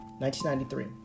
1993